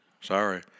sorry